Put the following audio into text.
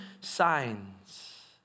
signs